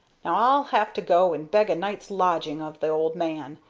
now i'll have to go and beg a night's lodging of the old man,